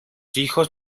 hijos